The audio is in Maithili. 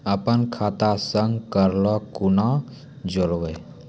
अपन खाता संग ककरो कूना जोडवै?